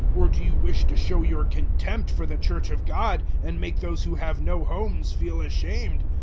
or do you wish to show your contempt for the church of god and make those who have no homes feel ashamed?